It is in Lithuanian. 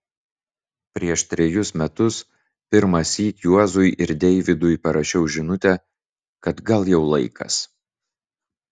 prieš trejus metus pirmąsyk juozui ir deivydui parašiau žinutę kad gal jau laikas